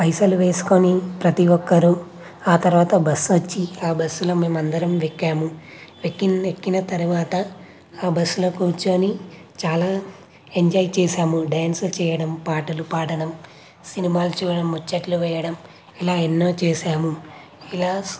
పైసలు వేసుకుని ప్రతి ఒక్కరూ ఆ తర్వాత బస్సు వచ్చి ఆ బస్సులో మేమందరం వెక్కాము వెక్కి వెక్కిన తర్వాత ఆ బస్సులో కూర్చుని చాలా ఎంజాయ్ చేశాము డ్యాన్స్ చేయడం పాటలు పాడటం సినిమాలు చూడటం ముచ్చట్లు వేయడం ఇలా ఎన్నో చేశాము ఇలా